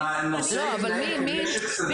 שהנושא התנהל כמשק סגור.